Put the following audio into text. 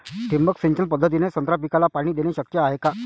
ठिबक सिंचन पद्धतीने संत्रा पिकाले पाणी देणे शक्य हाये का?